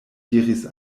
diris